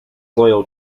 loyal